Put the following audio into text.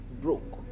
broke